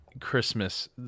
Christmas